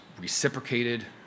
reciprocated